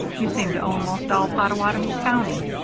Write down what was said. you seem to own most all pottawatomie county.